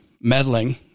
meddling